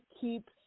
keep